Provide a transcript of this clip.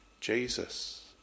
Jesus